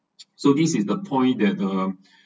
so this is the point that uh